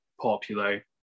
popular